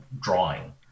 drawing